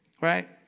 right